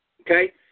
okay